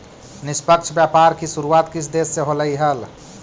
निष्पक्ष व्यापार की शुरुआत किस देश से होलई हल